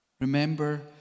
remember